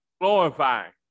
glorifying